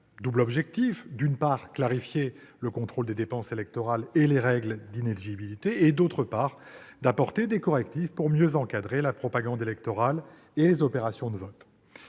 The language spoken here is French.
double objectif : d'une part, clarifier le contrôle des dépenses électorales et les règles d'inéligibilité ; d'autre part, apporter des correctifs pour mieux encadrer la propagande électorale et les opérations de vote.